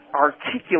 articulate